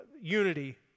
unity